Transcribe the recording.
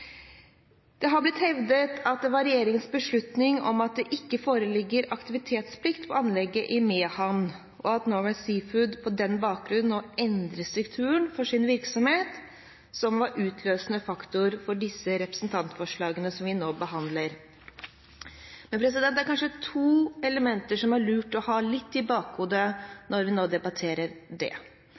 Det har blitt hevdet at det var regjeringens beslutning om at det ikke foreligger aktivitetsplikt på anlegget i Mehamn, og at Norway Seafoods på den bakgrunn nå endrer strukturen for sin virksomhet, som var utløsende faktor for disse representantforslagene som vi nå behandler. Men det er kanskje to elementer det er lurt å ha litt i bakhodet når vi nå debatterer det.